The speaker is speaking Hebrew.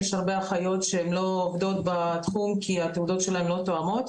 יש הרבה אחיות שלא עובדות בתחום כי התעודות שלהן לא תואמות,